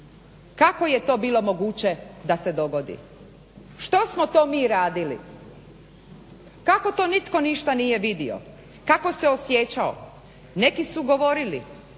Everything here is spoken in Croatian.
kako je to bilo moguće da se dogodi. Što smo to mi radili, kako to nitko ništa nije vidio, kako se osjećao. Neki su govorili,